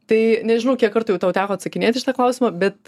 tai nežinau kiek kartų jau tau teko atsakinėt į šitą klausimą bet